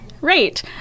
Right